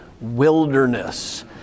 wilderness